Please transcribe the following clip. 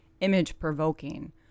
image-provoking